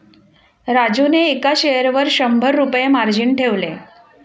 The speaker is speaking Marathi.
राजूने एका शेअरवर शंभर रुपये मार्जिन ठेवले